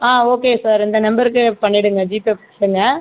ஆ okay sir இந்த நம்பருக்கு பண்ணிடுங்கள் ஜிபே பண்ணுங்கள்